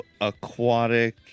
aquatic